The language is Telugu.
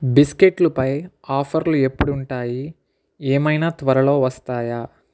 బిస్కెట్లుపై ఆఫర్లు ఎప్పుడుంటాయి ఏమైనా త్వరలో వస్తాయా